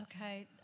Okay